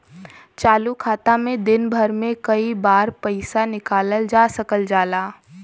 चालू खाता में दिन भर में कई बार पइसा निकालल जा सकल जाला